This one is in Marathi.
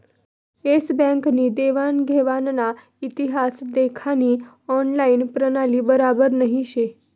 एस बँक नी देवान घेवानना इतिहास देखानी ऑनलाईन प्रणाली बराबर नही शे